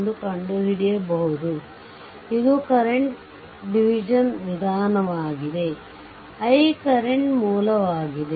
ಎಂದು ಕಂಡುಹಿಡಿಯಬಹುದು ಇದು ಕರೆಂಟ್ ಡಿವಿಷನ್ ವಿಧಾನವಾಗಿದೆ i ಕರೆಂಟ್ ಮೂಲ ಆಗಿದೆ